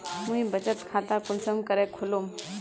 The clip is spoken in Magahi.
मुई बचत खता कुंसम करे खोलुम?